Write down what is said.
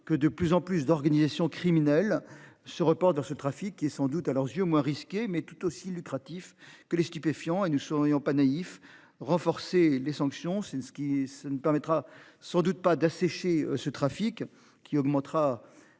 que de plus en plus d'organisations criminelles. Ce report dans ce trafic est sans doute à leurs yeux, moins risqué, mais tout aussi lucratifs que les stupéfiants et nous soyons pas naïfs, renforcer les sanctions. C'est ce qui ce ne ne permettra sans doute pas d'assécher ce trafic qui augmentera au fur et